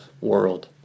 world